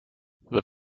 the